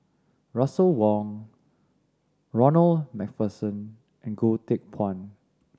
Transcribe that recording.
Russel Wong Ronald Macpherson and Goh Teck Phuan